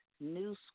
new